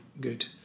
good